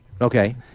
Okay